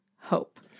hope